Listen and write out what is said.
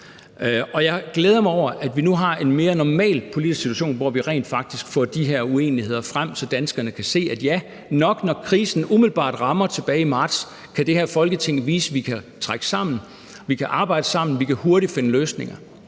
jeg glæder mig over, at vi nu har en mere normal politisk situation, hvor vi rent faktisk får de her uenigheder frem, så danskerne kan se, at vi, da krisen umiddelbart ramte tilbage i marts, viste, at det her Folketing kan trække på samme hammel, vi kan arbejde sammen, vi kan hurtigt finde løsninger.